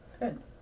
Good